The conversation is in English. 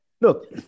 look